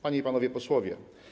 Panie i Panowie Posłowie!